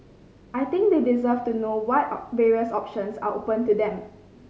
I think they deserve to know what various options are open to them